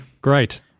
Great